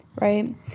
right